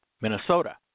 Minnesota